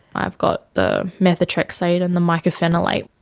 i've got the methotrexate and the mycophenolate,